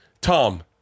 Tom